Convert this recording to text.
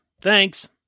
thanks